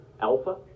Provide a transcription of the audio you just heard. alpha